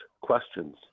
questions